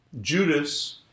Judas